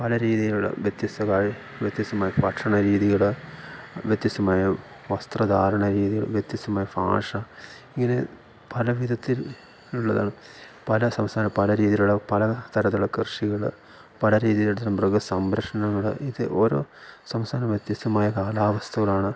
പല രീതിയിലുള്ള വ്യത്യസ്ഥകൾ വ്യത്യസ്ഥമായ ഭക്ഷണ രീതികൾ വ്യത്യസ്ഥമായ വസ്ത്രധാരണ രീതികൾ വ്യത്യസ്ഥമായ ഭാഷ ഇങ്ങനെ പല വിധത്തിൽ ഉള്ളതാണ് പല സംസ്ഥാനം പല രീതിയിലുള്ള പല തരത്തിലുള്ള കൃഷികൾ പല രീതിയിലുണ്ട് മൃഗ സംരക്ഷണങ്ങൾ ഇത് ഓരോ സംസ്ഥാനവും വ്യത്യസ്ഥമായ കാലാവസ്ഥകളാണ്